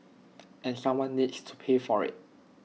and someone needs to pay for IT